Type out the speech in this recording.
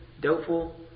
doubtful